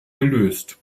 gelöst